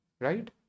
Right